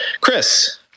Chris